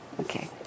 Okay